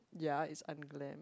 ya it's unglam